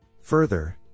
Further